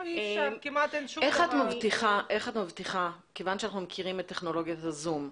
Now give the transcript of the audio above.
כיוון שאנחנו מכירים את טכנולוגיית ה-זום,